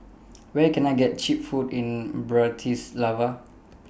Where Can I get Cheap Food in Bratislava